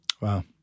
Wow